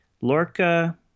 Lorca